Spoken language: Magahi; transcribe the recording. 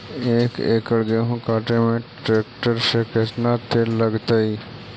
एक एकड़ गेहूं काटे में टरेकटर से केतना तेल लगतइ?